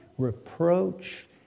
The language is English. Reproach